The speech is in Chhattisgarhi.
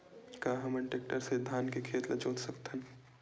का हमन टेक्टर से धान के खेत ल जोत सकथन?